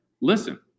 listen